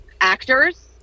actors